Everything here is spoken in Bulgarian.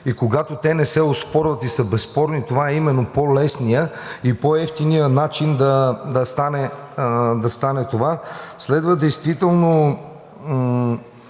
и когато те не се оспорват и са безспорни, това е именно по-лесният и по-евтиният начин да стане това. Следва да се